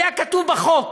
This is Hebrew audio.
היה כתוב בחוק,